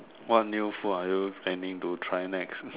what new food are you planning to try next